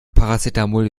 paracetamol